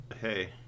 Hey